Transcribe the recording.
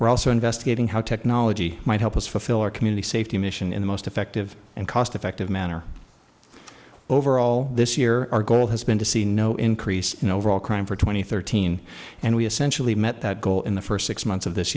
were also investigating how technology might help us fulfill our community safety mission in the most effective and cost effective manner overall this year our goal has been to see no increase in overall crime for twenty thirteen and we essentially met that goal in the first six months of this